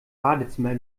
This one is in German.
badezimmer